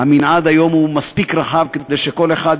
המנעד היום הוא מספיק רחב כדי שכל אחד,